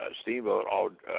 steamboat